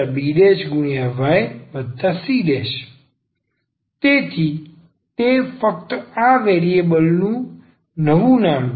dydxaxbycaxbyc તેથી તે ફક્ત આ વેરિએબલ નું નવું નામ છે